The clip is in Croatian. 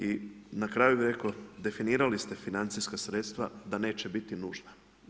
I na kraju bih rekao, definirali ste financijska sredstva da neće biti nužna.